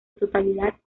totalidad